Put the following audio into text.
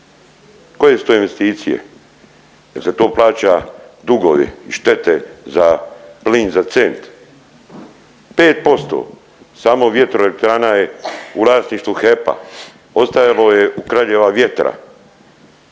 Koje su to investicije? Je li se to plaća dugovi i štete za plin za cent? 5% samo vjetroelektrana je u vlasništvu HEP-a, ostalo je u kraljeva vjetra